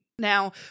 Now